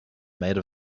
made